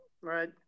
right